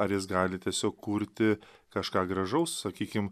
ar jis gali tiesiog kurti kažką gražaus sakykim